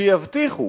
שיבטיחו